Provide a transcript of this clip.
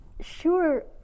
sure